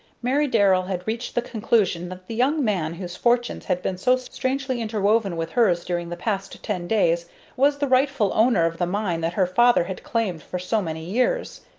mary darrell had reached the conclusion that the young man whose fortunes had been so strangely interwoven with hers during the past ten days was the rightful owner of the mine that her father had claimed for so many years.